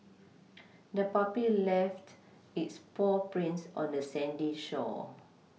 the puppy left its paw prints on the sandy shore